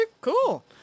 Cool